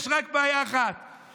יש רק בעיה אחת,